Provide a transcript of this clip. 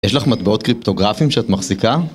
יש לך מטבעות קריפטוגרפיים שאת מחזיקה?